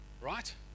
right